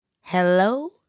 Hello